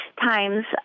times